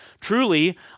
Truly